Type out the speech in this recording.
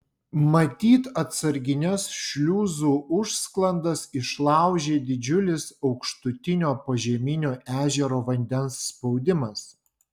matyt atsargines šliuzų užsklandas išlaužė didžiulis aukštutinio požeminio ežero vandens spaudimas